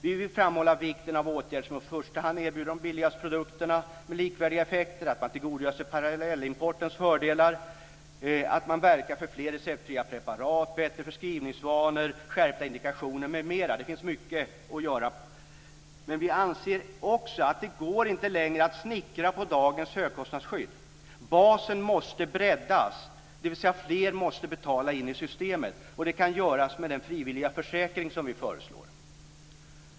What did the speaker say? Vi vill framhålla vikten av åtgärder som att man i första hand erbjuder de billigaste produkterna med likvärdiga effekter, att man tillgodogör sig parallellimportens fördelar och att man verkar för fler receptfria preparat, bättre förskrivningsvanor, skärpta indikationer m.m. Det finns mycket att göra, men vi anser också att det inte längre går att snickra på dagens högkostnadsskydd. Basen måste breddas, dvs. fler måste betala till systemet. Det kan göras med den frivilliga försäkring som vi föreslår.